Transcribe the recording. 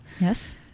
yes